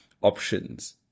options